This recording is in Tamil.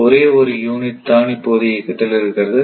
ஒரே ஒரு யூனிட் தான் இப்போது இயக்கத்தில் இருக்கிறது